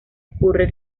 ocurre